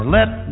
Let